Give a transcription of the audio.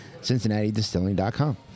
cincinnatidistilling.com